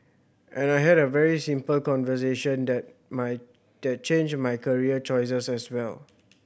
and I had a very simple conversation that my that changed my career choices as well